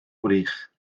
gwrych